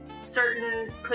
certain